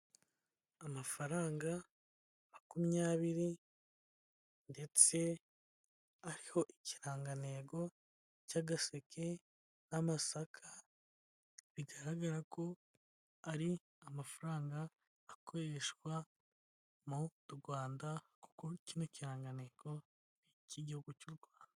Amafaranga makumyabiri ndetse ariho ikirangantego cy'agaseke n'amasaka, bigaragara ko ari amafaranga akoreshwa mu Rwanda kuko kino ni ikirangantego cy'igihugu cy'u Rwanda.